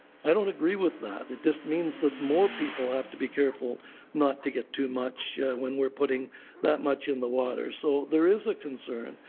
i don't agree with that. it just means that more people have to be careful not to get too much when we are putting that much in the water. so there is a concern.